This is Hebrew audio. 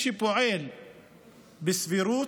שפועל בסבירות,